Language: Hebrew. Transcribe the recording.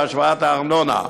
להשוואת הארנונה.